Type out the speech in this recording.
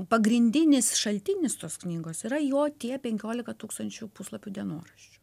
pagrindinis šaltinis tos knygos yra jo tie penkiolika tūkstančių puslapių dienoraščių